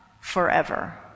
forever